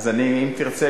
אם תרצה,